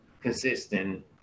consistent